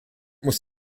muss